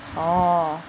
orh